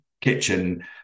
kitchen